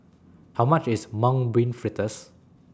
How much IS Mung Bean Fritters